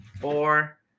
four